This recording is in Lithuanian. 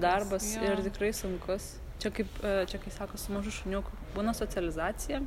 darbas ir tikrai sunkus čia kaip čia kai sako su mažu šuniuku būna socializacija